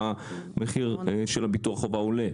המחיר של ביטוח החובה עולה.